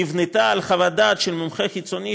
נבנתה על חוות דעת של מומחה חיצוני,